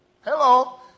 Hello